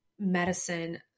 medicine